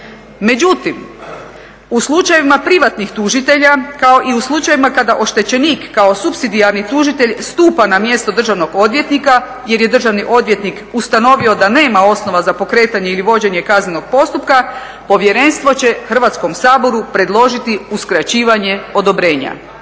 Međutim, u slučajevima privatnih tužitelja kao i u slučajevima kada oštećenik kao supsidijarni tužitelj stupa na mjesto državnog odvjetnika jer je državni odvjetnik ustanovio da nema osnova za pokretanje ili vođenje kaznenog postupka, povjerenstvo će Hrvatskom saboru predložiti uskraćivanje odobrenja.